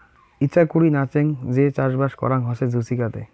ইচাকুরি নাচেঙ যে চাষবাস করাং হসে জুচিকাতে